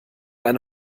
eine